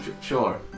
Sure